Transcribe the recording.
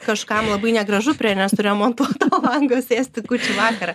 kažkam labai negražu prie nesuremonto lango sėsti kūčių vakarą